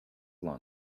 lunch